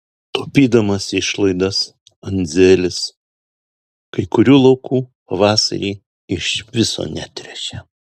taupydamas išlaidas andzelis kai kurių laukų pavasarį iš viso netręšė